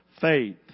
Faith